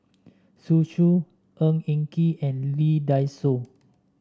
Zhu Xu Ng Eng Kee and Lee Dai Soh